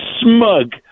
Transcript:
smug